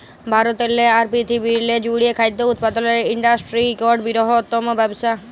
ভারতেরলে আর পিরথিবিরলে জ্যুড়ে খাদ্য উৎপাদলের ইন্ডাসটিরি ইকট বিরহত্তম ব্যবসা